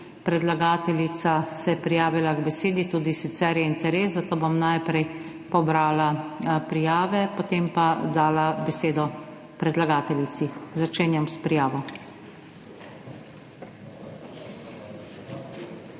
Predlagateljica se je prijavila k besedi, tudi sicer je interes, zato bom najprej pobrala prijave, potem pa dala besedo predlagateljici. Začenjam s prijavo.